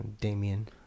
damien